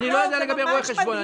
אני לא יודע לגבי רואי חשבון.